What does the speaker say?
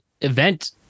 event